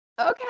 Okay